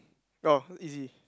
oh easy